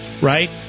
Right